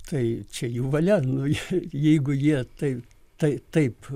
tai čia jų valia nu jeigu jie taip tai taip